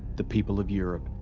the people of europe.